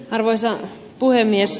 arvoisa puhemies